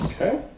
Okay